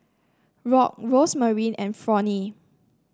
Rock Rosemarie and Fronnie